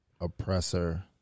oppressor